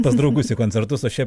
pas draugus į koncertus o šiaip